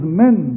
men